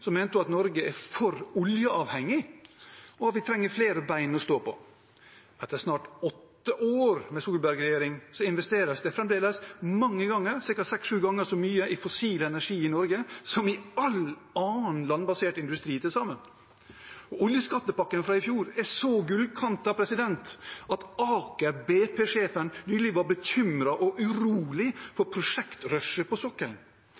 mente hun at Norge er for oljeavhengig, og at vi trenger flere ben å stå på. Etter snart åtte år med Solberg-regjering investeres det fremdeles mange ganger, ca. seks–sju ganger, så mye i fossil energi i Norge som i all annen landbasert industri til sammen. Oljeskattepakken fra i fjor er så gullkantet at Aker BP-sjefen nylig var bekymret og urolig for prosjektrushet på sokkelen.